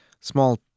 small